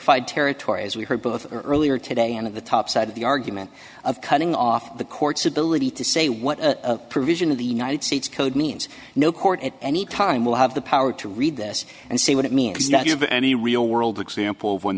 fied territory as we heard both earlier today and of the top side of the argument of cutting off the court's ability to say what a provision of the united states code means no court at any time will have the power to read this and see what it means not to have any real world example when